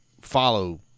follow